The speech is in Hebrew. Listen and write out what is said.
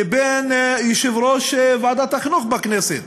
לבין יושב-ראש ועדת החינוך בכנסת